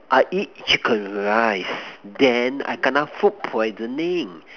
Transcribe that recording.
I eat chicken rice then I kena food poisoning